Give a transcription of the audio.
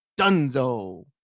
Dunzo